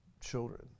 children